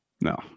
No